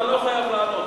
אתה לא חייב לענות.